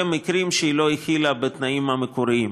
מקרים שהיא לא החילה בתנאים המקוריים.